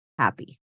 happy